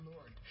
Lord